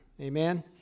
Amen